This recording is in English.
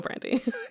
Brandy